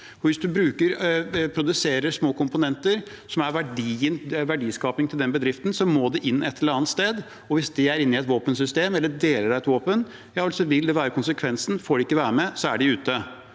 Hvis man produserer små komponenter som er verdiskapingen til den bedriften, må de inn et eller annet sted, og hvis det er inn i et våpensystem eller deler av et våpen, så vil det være konsekvensen. Får de ikke være med, er de ute.